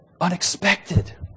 Unexpected